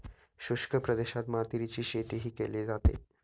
शुष्क प्रदेशात मातीरीची शेतीही केली जाते